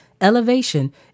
elevation